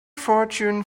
fortune